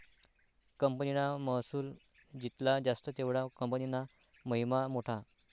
कंपनीना महसुल जित्ला जास्त तेवढा कंपनीना महिमा मोठा